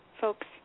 folks